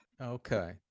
okay